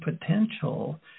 potential